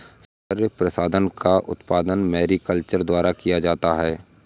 सौन्दर्य प्रसाधन का उत्पादन मैरीकल्चर द्वारा किया जाता है